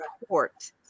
report